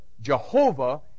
Jehovah